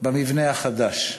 במבנה החדש.